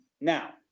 Now